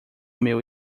meu